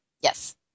Yes